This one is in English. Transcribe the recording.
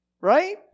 right